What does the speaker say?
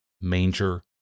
manger